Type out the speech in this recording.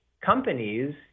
companies